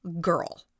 girl